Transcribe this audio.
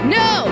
no